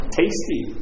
tasty